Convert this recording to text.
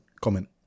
comment